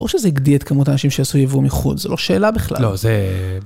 או שזה הגדיל את כמות האנשים שעשו יבוא מחול, זה לא שאלה בכלל. לא, זה...